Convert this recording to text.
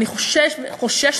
אני חוששת וחרדה,